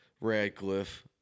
Radcliffe